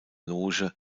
loge